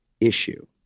issue